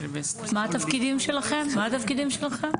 מה התפקידים שלכם?